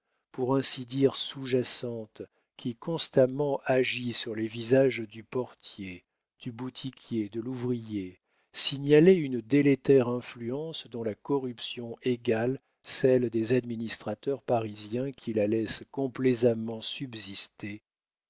pour ainsi dire sous jacente qui constamment agit sur les visages du portier du boutiquier de l'ouvrier signaler une délétère influence dont la corruption égale celle des administrateurs parisiens qui la laissent complaisamment subsister